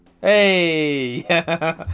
Hey